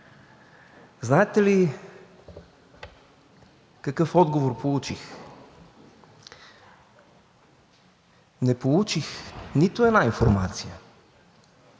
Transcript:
Знаете ли какъв отговор получих? Не получих нито една информация